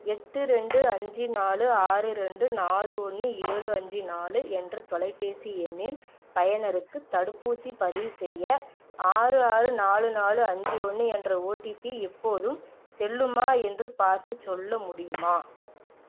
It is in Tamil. எட்டு ரெண்டு அஞ்சு நாலு ஆறு ரெண்டு நாலு ஒன்று ஏழு அஞ்சு நாலு என்ற தொலைபேசி எண்ணின் பயனருக்கு தடுப்பூசி பதிவுசெய்ய ஆறு ஆறு நாலு நாலு அஞ்சு ஒன்று என்ற ஓடிபி இப்போதும் செல்லுமா என்று பார்த்துச் சொல்ல முடியுமா